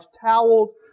towels